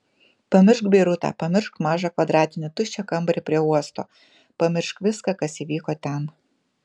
pamiršk beirutą pamiršk mažą kvadratinį tuščią kambarį prie uosto pamiršk viską kas įvyko ten